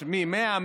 מי 100,